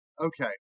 Okay